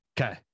Okay